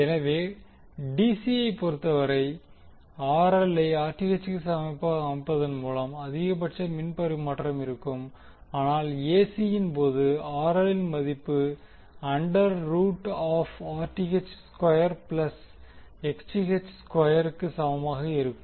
எனவே dc ஐப் பொறுத்தவரை RL ஐ Rth க்கு சமமாக அமைப்பதன் மூலம் அதிகபட்ச மின் பரிமாற்றம் இருக்கும் ஆனால் ஏ சி இன் போது RL இன் மதிப்பு under root of Rth square plus Xth square க்கு சமமாக இருக்கும்